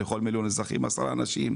לכל מיליון אזרחים 10 אנשים.